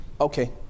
Okay